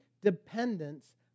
dependence